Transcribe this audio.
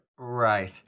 Right